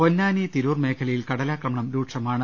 പൊന്നാനി തിരൂർ മേഖലയിൽ കടലാക്രമണം രൂക്ഷമാണ്